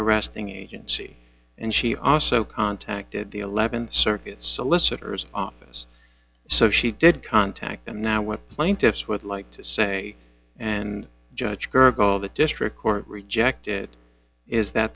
arresting agency and she also contacted the th circuit solicitor's office so she did contact them now with plaintiffs would like to say and judge gurgel the district court rejected is that